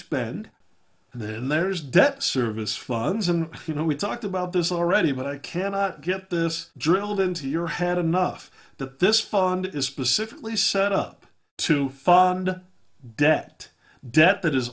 spend and then there is debt service funds and you know we talked about this already but i cannot get this drilled into your head enough that this fund is specifically set up to fund debt debt that is